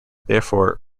therefore